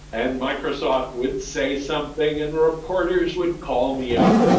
and microsoft would say something and reporters would call me up.